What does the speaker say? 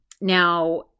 Now